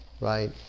right